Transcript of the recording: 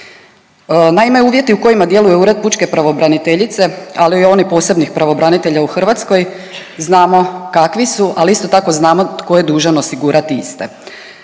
Naime, uvjeti u kojima djeluje Ured pučke pravobraniteljice, ali i onih posebnih pravobranitelja u Hrvatskoj znamo kakvi su, ali isto tako znamo tko je dužan osigurati iste.